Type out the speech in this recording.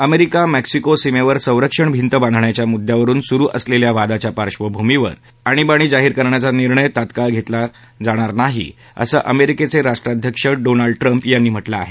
America Mexico सीमेवर संरक्षण भींत बांधण्याच्या मुद्यावरून सुरु असलेल्या वादाच्या पार्श्वभूमीवर आणिबाणी जाहीर करण्याचा निर्णय लागलीच घेणार नसल्याचं अमेरिकेचे राष्ट्राध्यक्ष डोनाल्ड ट्रम्प यांनी म्हटलं आहे